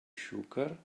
xúquer